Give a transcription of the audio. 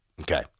Okay